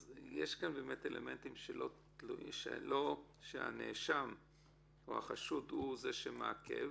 יש כאן אלמנטים שהנאשם או החשוד הוא המעכב.